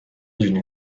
d’une